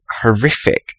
horrific